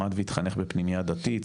למד והתחנך בפנימייה דתית,